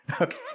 okay